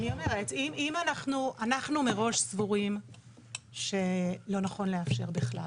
אנחנו מראש סבורים שלא נכון לאפשר בכלל,